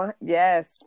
Yes